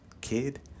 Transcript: kid